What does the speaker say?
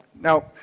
Now